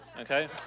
okay